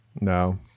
No